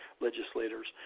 legislators